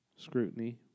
scrutiny